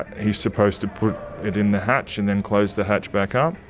he's supposed to put it in the hatch and then close the hatch back up.